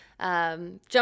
Jump